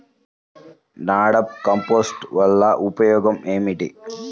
NADEP compost వలన ఉపయోగం ఏమిటి?